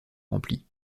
remplie